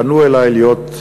פנו אלי להיות,